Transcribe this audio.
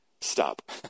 Stop